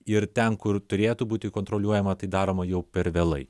ir ten kur turėtų būti kontroliuojama tai daroma jau per vėlai